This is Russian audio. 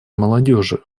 молодежи